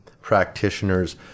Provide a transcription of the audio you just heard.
practitioners